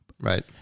Right